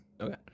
Okay